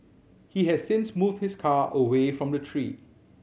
he has since moved his car away from the tree